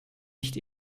nicht